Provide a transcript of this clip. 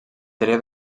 seria